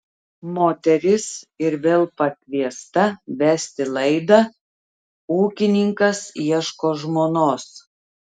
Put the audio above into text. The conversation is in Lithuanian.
moteris ir vėl pakviesta vesti laidą ūkininkas ieško žmonos